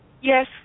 Yes